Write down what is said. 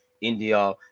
india